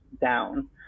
down